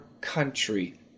country